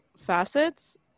facets